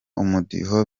umudiho